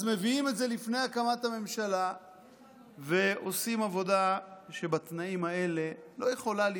אז מביאים את זה לפני הקמת הממשלה ועושים עבודה שבתנאים האלה לא יכולה,